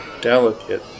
delicate